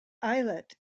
islet